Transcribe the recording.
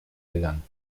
gegangen